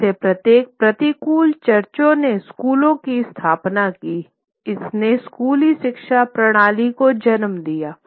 इनमें से प्रत्येक प्रतिकूल चर्चों ने स्कूलों की स्थापना की इसने स्कूली शिक्षा प्रणाली को जन्म दिया